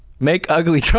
make ugly